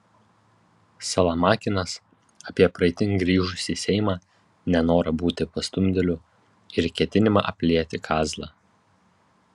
salamakinas apie praeitin grįžusį seimą nenorą būti pastumdėliu ir ketinimą aplieti kazlą